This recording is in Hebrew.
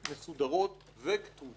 מסודרות וכתובות